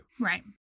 Right